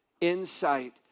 insight